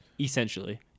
essentially